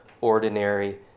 ordinary